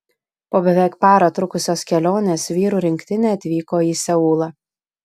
po beveik parą trukusios kelionės vyrų rinktinė atvyko į seulą